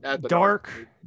dark